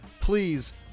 please